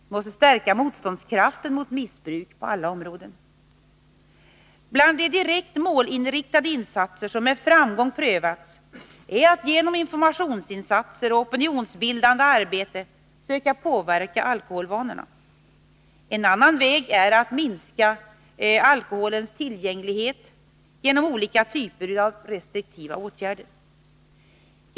Vi måste stärka motståndskraften mot missbruk på alla områden. Bland de direkt målinriktade insatser som med framgång prövats är att genom informationsinsatser och opinionsbildande arbete söka påverka alkoholvanorna. En annan väg är att minska alkoholens tillgänglighet genom olika typer av restriktiva åtgärder.